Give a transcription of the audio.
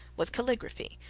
was calligraphy,